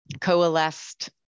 coalesced